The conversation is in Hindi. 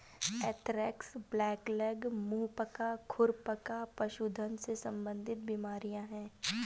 एंथ्रेक्स, ब्लैकलेग, मुंह पका, खुर पका पशुधन से संबंधित बीमारियां हैं